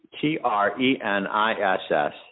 T-R-E-N-I-S-S